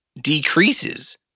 decreases